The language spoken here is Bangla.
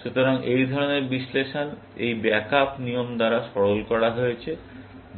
সুতরাং এই ধরণের বিশ্লেষণ এই ব্যাক আপ নিয়ম দ্বারা সরল করা হয়েছে